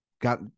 Got